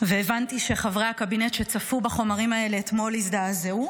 והבנתי שחברי הקבינט שצפו בחומרים האלה אתמול הזדעזעו: